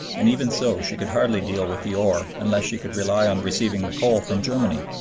and even so she could hardly deal with the ore unless she could rely on receiving the coal from germany.